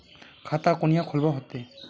खाता कुनियाँ खोलवा होते?